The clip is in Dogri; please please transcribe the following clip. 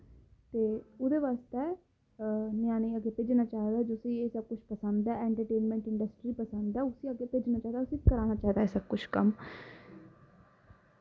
ते ओह्दे बास्तै ञ्यानें गी अग्गें भेजना चाहिदा जिसी एह् सब किश पसंद ऐ एंट्रटेनमैंट इंडस्ट्री पसंद ऐ उसी अग्गें भेजना चाहिदा कि कराना चाहिदा एह् सब किश किश कम्म